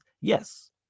Yes